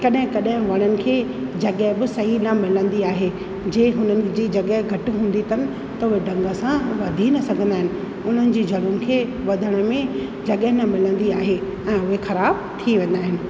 कॾहि कॾहि वणनि खे जॻहि बि सही न मिलंदी आहे जे हुननि जी जॻहि घटि हूंदी अथनि त ढंग सां वधी कोन सघंदा आहिनि उन्हनि जी जड़ुनि खे वधण में जॻहि न मिलंदी आहे ऐं उहे ख़राब थी वेंदा आहिनि